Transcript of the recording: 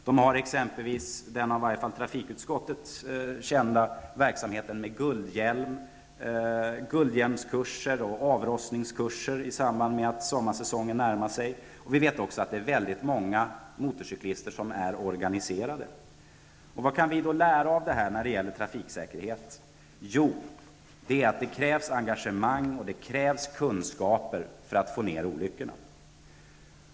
De har exempelvis i den av åtminstone trafikutskottet kända verksamheten med guldhjälmen anordnat guldhjälmskurser och avrostningskurser i samband med att sommarsäsongen närmar sig. Vi vet också att det är väldigt många motorcyklister som är organiserade. Vad kan vi lära av detta när det gäller trafiksäkerhet? Jo, vi kan lära oss att det krävs engagemang och kunskaper för att minska antalet olyckor.